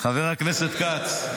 הוא לא דרך בכנסת שנתיים,